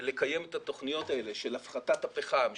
לקיים את התוכניות האלה של הפחתת הפחם,